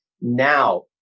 now